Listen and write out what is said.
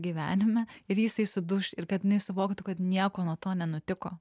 gyvenime ir jisai suduš ir kad jinai suvoktų kad nieko nuo to nenutiko